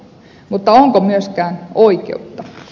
mutta onko myöskään oikeutta